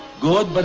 god, but